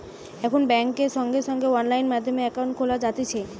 এখন বেংকে সঙ্গে সঙ্গে অনলাইন মাধ্যমে একাউন্ট খোলা যাতিছে